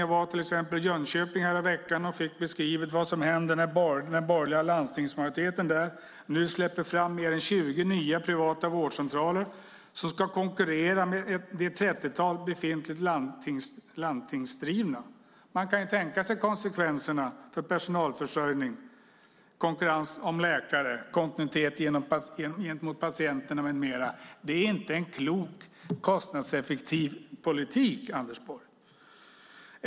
Jag var till exempel i Jönköping häromveckan och fick beskrivet vad som händer när den borgerliga landstingsmajoriteten där nu släpper fram mer än 20 nya privata vårdcentraler som ska konkurrera med ett trettiotal befintliga landstingsdrivna. Man kan tänka sig konsekvenserna för personalförsörjning, konkurrens om läkare, kontinuitet gentemot patienterna med mera. Det är inte en klok och kostnadseffektiv politik, Anders Borg.